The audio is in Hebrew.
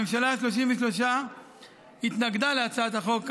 הממשלה ה-33 התנגדה להצעת החוק האמורה,